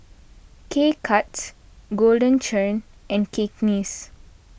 K Cuts Golden Churn and Cakenis